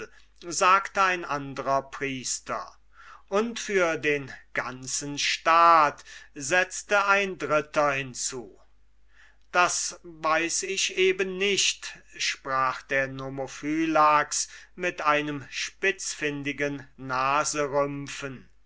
sagte ein andrer priester und für den ganzen staat setzte ein dritter hinzu das weiß ich eben nicht sprach der nomophylax mit einem spitzfündigen